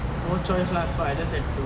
no choice lah so I just have to